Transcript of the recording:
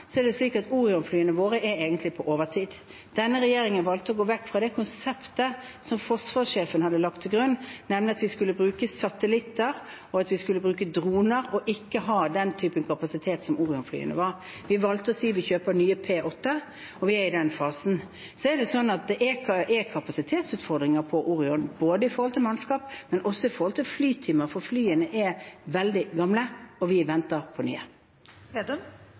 er det slik at Orion-flyene våre er egentlig på overtid. Denne regjeringen valgte å gå vekk fra det konseptet som forsvarssjefen hadde lagt til grunn, nemlig at vi skulle bruke satellitter og droner og ikke ha den typen kapasitet som Orion-flyene representerte. Vi valgte å si at vi kjøper nye P-8 – og vi er i den fasen. Så har Orion kapasitetsutfordringer både når det gjelder mannskap og flytimer, for flyene er veldig gamle, og vi venter på